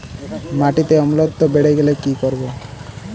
মাটিতে অম্লত্ব বেড়েগেলে কি করব?